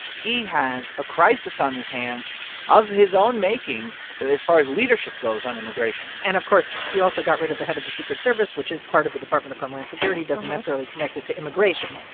he has a crisis on his hands of his own making as far as leadership goes on immigration and, of course, he also got rid of the head of the secret service, which is part of the department of homeland security doesn't necessarily connect it to immigration.